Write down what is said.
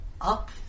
Up